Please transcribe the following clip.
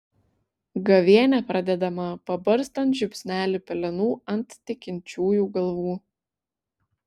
gavėnia pradedama pabarstant žiupsnelį pelenų ant tikinčiųjų galvų